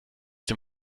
dem